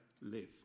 live